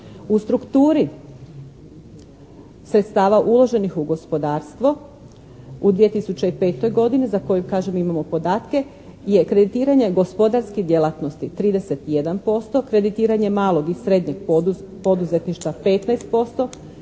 U strukturi sredstava uloženih u gospodarstvo u 2005. godini za koju, kažem, imamo podatke je kreditiranje gospodarskih djelatnosti 31%, kreditiranje malog i srednjeg poduzetništva 15%,